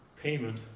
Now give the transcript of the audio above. payment